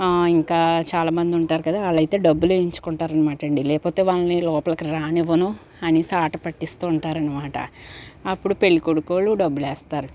ఇంకా చాలా మంది ఉంటారు కదా ఆళ్లయితే డబ్బులేయించుకుంటారనమాటండి లేకపోతే వాలని లోపలికి రానివ్వను అనేసి ఆటపట్టిస్తు ఉంటారనమాట అప్పుడు పెళ్ళికొడుకోలు డబ్బులేస్తారు